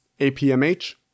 APMH